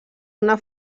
una